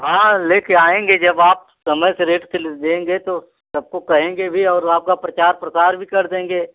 हाँ लेके आएँगे जब आप समय से रेट पहले देंगे तो सबको कहेंगे भी और आपका प्रचार प्रसार भी कर देंगे